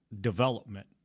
development